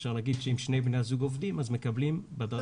אפשר להגיד שאם שני בני הזוג עובדים אז מקבלים עדיפות.